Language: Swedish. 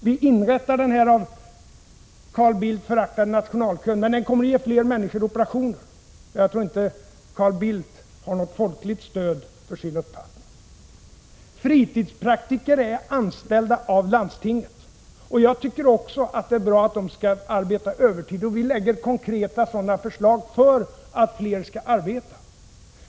Vi inrättar den av Carl Bildt föraktade nationalkön, men den kommer att ge fler människor möjlighet till fler operationer. Jag tror inte att Carl Bildt har något folkligt stöd för sin uppfattning. Fritidspraktiker är anställda av landstinget. Jag tycker också att det är bra att de skall arbeta övertid, och vi lägger fram konkreta förslag för att flera skall arbeta.